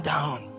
down